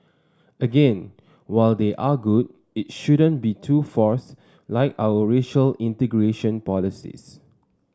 again while they are good it shouldn't be too forced like our racial integration policies